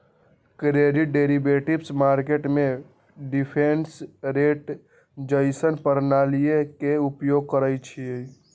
credit derivatives market में difference rate जइसन्न प्रणालीइये के उपयोग करइछिए